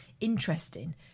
interesting